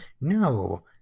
no